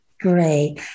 Great